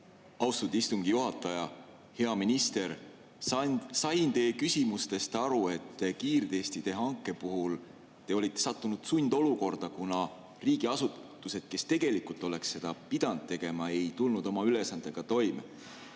Austatud istungi juhataja! Hea minister! Ma sain teie [vastustest] aru, et kiirtestide hanke puhul te sattusite sundolukorda, kuna riigiasutused, kes tegelikult oleks seda pidanud tegema, ei tulnud oma ülesannetega toime.